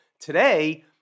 Today